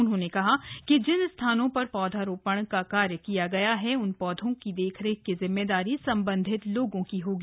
उन्होंने कहा कि जिन स्थानों पर पौधरोपण का कार्य किया गया है उन पौधों की देख रेख की जिम्मेदारी सम्बन्धित लोगों की होगी